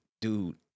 dude